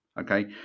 Okay